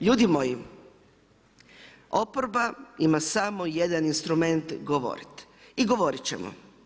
Ljudi moji, oporba ima samo jedan instrument govoriti i govorit ćemo.